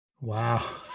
Wow